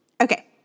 Okay